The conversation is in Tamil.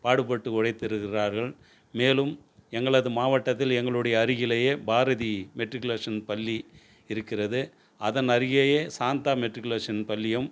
பாடுபட்டு உழைத்து இருக்கிறார்கள் மேலும் எங்களது மாவட்டத்தில் எங்களுடைய அருகிலேயே பாரதி மெட்ரிகுலேசன் பள்ளி இருக்கிறது அதன் அருகேயே சாந்தா மெட்ரிகுலேசன் பள்ளியும்